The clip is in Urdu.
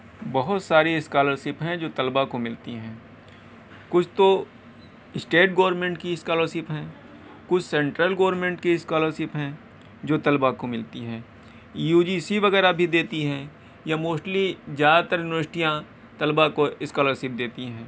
بہت ساری اسکالر شپ ہیں جو طلباء کو ملتی ہیں کچھ تو اسٹیٹ گورنمنٹ کی اسکالر شپ ہیں کچھ سینٹرل گورنمنٹ کی اسکالر شپ ہیں جو طلباء کو ملتی ہیں یو جی سی وغیرہ بھی دیتی ہیں یا موسٹلی زیادہ تر یونیورسٹیاں طلباء کو اسکالر شپ دیتی ہیں